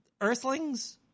Earthlings